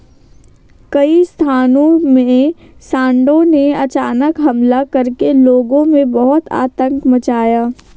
कई स्थानों में सांडों ने अचानक हमले करके लोगों में बहुत आतंक मचाया है